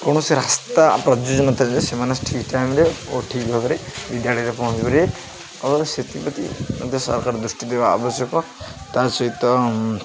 କୌଣସି ରାସ୍ତା ପ୍ରଯୋଜନତା ସେମାନେ ଠିକ୍ ଟାଇମ୍ରେ ଓ ଠିକ୍ ଭାବରେ ବିଦ୍ୟାଳୟରେ ପହଞ୍ଚିପାରିବେ ଆଉ ସେଥିପ୍ରତି ମଧ୍ୟ ସରକାର ଦୃଷ୍ଟି ଦେବା ଆବଶ୍ୟକ ତା' ସହିତ